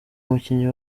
umukinnyi